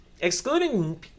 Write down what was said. excluding